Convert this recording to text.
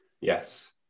yes